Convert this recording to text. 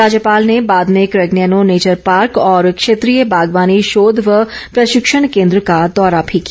राज्यपाल ने बाद में कैंगनैनो नेचर पार्क और क्षेत्रीय बागवानी शोध व प्रशिक्षण केन्द्र का दौरा भी किया